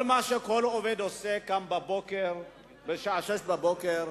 כל מה שכל עובד עושה, הוא קם בבוקר בשעה 06:00,